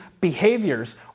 behaviors